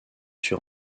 sur